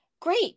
great